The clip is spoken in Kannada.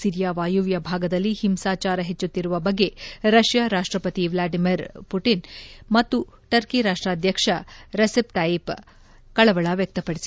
ಸಿರಿಯಾ ವಾಯವ್ದ ಭಾಗದಲ್ಲಿ ಹಿಂಸಾಚಾರ ಹೆಚ್ಚುತ್ತಿರುವ ಬಗ್ಗೆ ರಷ್ಯಾ ರಾಷ್ಟಪತಿ ವ್ಲಾಡಿಮಿರ್ ಪುತಿನ್ ಮತ್ತು ಟರ್ಕಿ ರಾಷ್ಟಾಧ್ಯಕ್ಷ ರೆಸಿಪ್ ತೈಯಿಪ್ ಯರ್ಕೋಗನ್ ಕಳವಳ ವ್ಯಕ್ತಪಡಿಸಿದ್ದಾರೆ